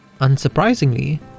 Unsurprisingly